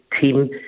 team